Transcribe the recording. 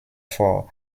vor